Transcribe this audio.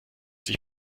sich